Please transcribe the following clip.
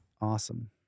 Awesome